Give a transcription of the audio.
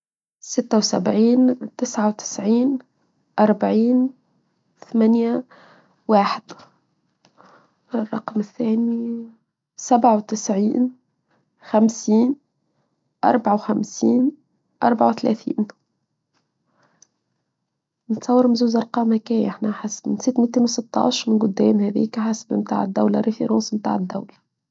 سته وسبعين تسعه و تسعين أربعين ثمانيه واحد الرقم الثاني سبه و تسعين خمسين أربعه و خمسين أربعه و ثلاثين نتصور مزوز أرقام أكاية نسيت ميتين وستاش من قدام هذيك حسب متاع الدولة ريفيروس متاع الدولة.